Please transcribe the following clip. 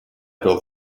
built